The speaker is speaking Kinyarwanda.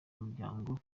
umuryango